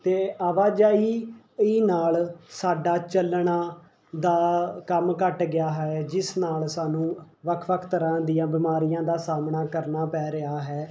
ਅਤੇ ਆਵਾਜਾਈ ਨਾਲ ਸਾਡਾ ਚੱਲਣਾ ਦਾ ਕੰਮ ਘੱਟ ਗਿਆ ਹੈ ਜਿਸ ਨਾਲ ਸਾਨੂੰ ਵੱਖ ਵੱਖ ਤਰ੍ਹਾਂ ਦੀਆਂ ਬਿਮਾਰੀਆਂ ਦਾ ਸਾਹਮਣਾ ਕਰਨਾ ਪੈ ਰਿਹਾ ਹੈ